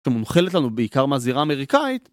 אתה מונחלת לנו בעיקר מהזירה האמריקאית?